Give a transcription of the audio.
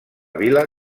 vila